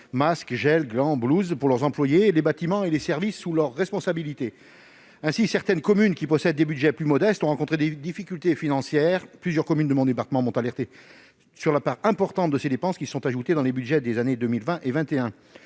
masques, gel, gants, blouses -pour leurs employés, les bâtiments et les services sous leur responsabilité. Ainsi, certaines communes qui disposent de budgets modestes ont rencontré des difficultés financières. Plusieurs communes de mon département m'ont alerté sur la part importante de ces dépenses qui se sont ajoutées dans les budgets des années 2020 et 2021.